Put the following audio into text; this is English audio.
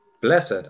Blessed